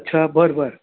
अच्छा बरं बरं